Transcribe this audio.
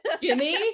Jimmy